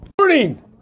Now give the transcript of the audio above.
Morning